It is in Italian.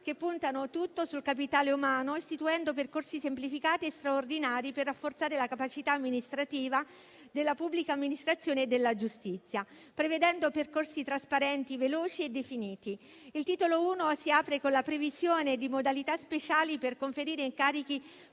puntano tutto sul capitale umano, istituendo percorsi semplificati e straordinari per rafforzare la capacità amministrativa della pubblica amministrazione e della giustizia, prevedendo percorsi trasparenti, veloci e definiti. Il titolo I si apre con la previsione di modalità speciali per conferire incarichi